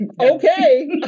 okay